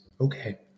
okay